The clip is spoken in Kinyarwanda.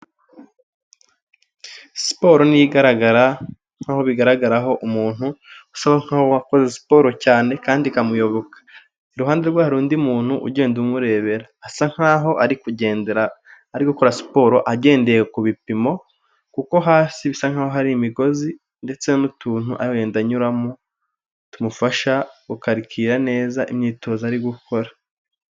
Siporo ni igaragara nkaho bigaragaraho umuntu usa nk'aho wakoze siporo cyane kandi ikamuyoboka, iruhande rwe hari undi muntu ugenda umurebera, asa nkaho arigendera ari gukora siporo agendeye ku bipimo kuko hasi bisa nkaho hari imigozi ndetse n'utuntu ari kugenda anyuramo tumufasha gukarikira neza imyitozo ari gukora.